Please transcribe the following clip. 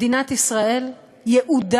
מדינת ישראל, ייעודה